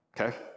okay